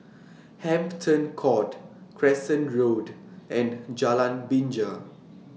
Hampton Court Crescent Road and Jalan Binja